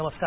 नमस्कार